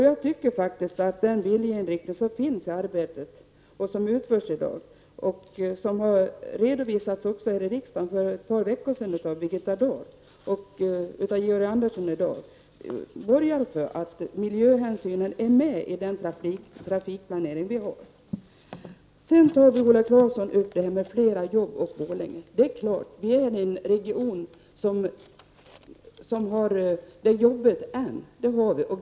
Jag tycker faktiskt att den viljeinriktning som finns i det arbete som utförs, vilket också har redovisats här i riksdagen för ett par veckor sedan av Birgitta Dahl och av Georg Andersson i dag, borgar för att miljöhänsynen tas med i den trafikplanering vi har. Viola Claesson tar upp frågan om fler jobb i Borlänge. Det är klart att vår region fortfarande har det jobbigt.